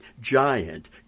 giant